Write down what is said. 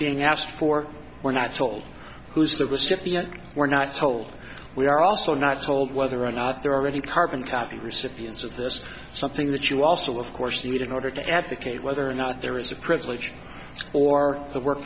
being asked for or not told who's the recipient we're not told we are also not told whether or not they're already carbon copy recipients of this something that you also of course need in order to advocate whether or not there is a privilege or the work